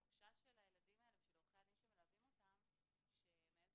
התחושה של הילדים האלה ושל עורכי הדין שמלווים אותם היא שמעבר